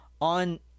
on